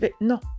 non